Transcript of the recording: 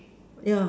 yeah